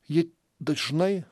ji dažnai